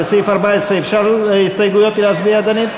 על סעיף 14 אפשר להצביע על ההסתייגויות ידנית?